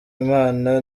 imana